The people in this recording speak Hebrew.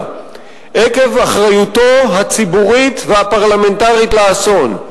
עקב אחריותו הציבורית והפרלמנטרית לאסון.